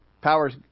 power's